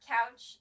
Couch